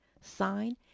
sign